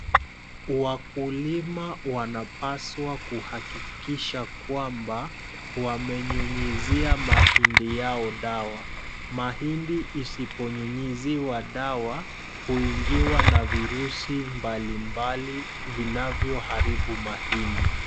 Wakulima wanapaswa kuhakikisha kwamba wamenyunyizia mahindi yao dawa. Mahindi isiponyunyiziwa dawa huingiwa na virusi mbalimbali vinavyoharibu mahindi.